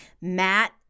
Matt